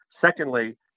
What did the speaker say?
Secondly